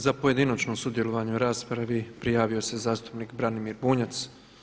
Za pojedinačno sudjelovanje u raspravi prijavio se zastupnik Branimir Bunjac.